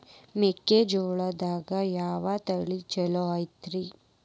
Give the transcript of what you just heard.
ಮೆಕ್ಕಿಜೋಳದಾಗ ಯಾವ ತಳಿ ಛಲೋರಿ?